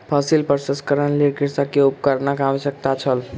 फसिल प्रसंस्करणक लेल कृषक के उपकरणक आवश्यकता छल